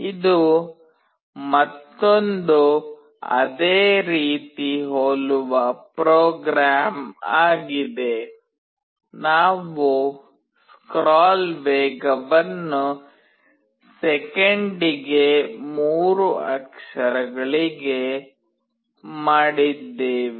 ಇದು ಮತ್ತೊಂದು ಅದೇ ರೀತಿ ಹೋಲುವ ಪ್ಪ್ರೋಗ್ರಾಂ ಆಗಿದೆ ನಾವು ಸ್ಕ್ರಾಲ್ ವೇಗವನ್ನು ಸೆಕೆಂಡಿಗೆ 3 ಅಕ್ಷರಗಳಿಗೆ ಮಾಡಿದ್ದೇವೆ